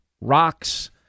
rocks